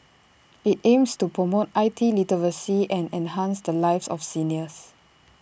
IT aims to promote I T literacy and enhance the lives of seniors